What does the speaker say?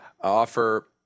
offer